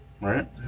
Right